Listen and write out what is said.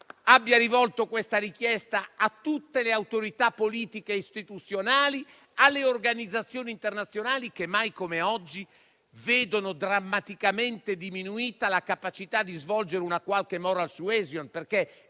abbia rivolto questa richiesta a tutte le autorità politiche e istituzionali, alle organizzazioni internazionali, che mai come oggi vedono drammaticamente diminuita la capacità di svolgere una qualche *moral suasion*.